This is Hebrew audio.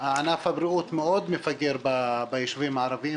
ענף הבריאות מאוד מפגר ביישובים הערביים,